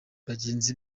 bagenzi